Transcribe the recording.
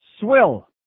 Swill